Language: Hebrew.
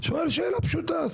שואל שאלה פשוטה.